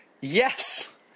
Yes